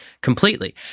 completely